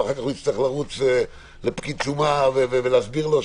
ואחר כך יצטרך לרוץ לפקיד שומה ולהסביר לו.